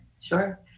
sure